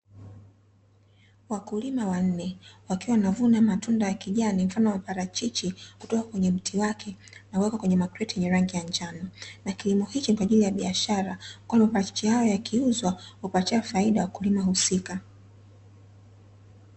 Wakulima wanne wakiwa wanavuna matunda ya kijani mfano wa parachichi kutoka kwenye mti wake na kuweka kwenye makreti yenye rangi ya njano, na kilimo hichi ni kwa ajili ya biashara kwani mapararachichi hayo yakiuzwa huwapatia faida wakulima husika.